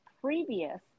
previous